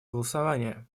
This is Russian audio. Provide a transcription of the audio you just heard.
голосование